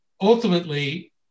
ultimately